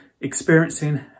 experiencing